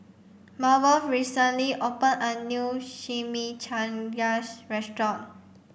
Marvel recently opened a new Chimichangas restaurant